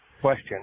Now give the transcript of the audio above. question